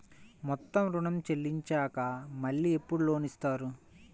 మొత్తం ఋణం చెల్లించినాక మళ్ళీ ఎప్పుడు లోన్ ఇస్తారు?